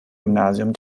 gymnasium